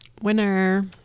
Winner